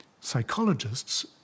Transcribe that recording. psychologists